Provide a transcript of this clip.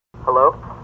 Hello